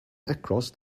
across